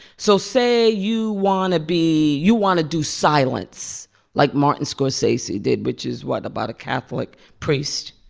so say you want to be you want to do silence like martin scorsese did, which is what? about a catholic priest.